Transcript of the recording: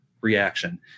reaction